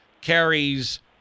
carries